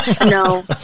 No